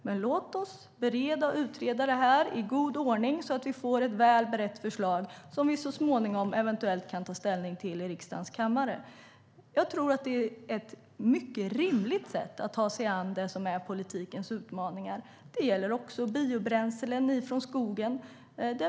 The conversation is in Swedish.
Men låt oss bereda och utreda det här i god ordning så att vi får ett väl berett förslag som vi så småningom eventuellt kan ta ställning till i riksdagens kammare. Jag tror att det är ett mycket rimligt sätt att ta sig an politikens utmaningar. Det gäller också biobränslen från skogen.